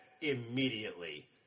immediately